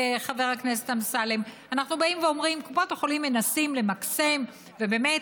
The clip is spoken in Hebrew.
חבר הכנסת אמסלם: קופות החולים מנסות למקסם ובאמת